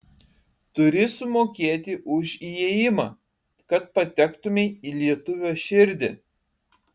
turi sumokėti už įėjimą kad patektumei į lietuvio širdį